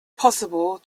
possible